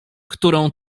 którą